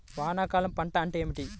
వానాకాలం పంట అంటే ఏమిటి?